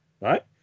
right